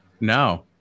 no